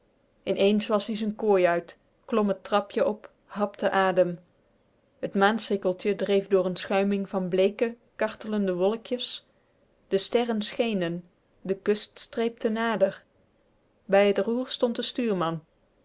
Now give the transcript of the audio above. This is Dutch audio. eens was-ie z'n kooi uit klom t trapje op hapte adem t maan dreef door n schuiming van bleeke kartlende wolkjes de sikeltj sterren schenen de kust streepte nader bij t roer stond de stuurman